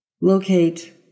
locate